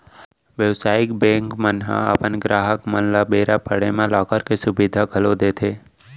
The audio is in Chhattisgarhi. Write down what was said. बेवसायिक बेंक मन ह अपन गराहक मन ल बेरा पड़े म लॉकर के सुबिधा घलौ देथे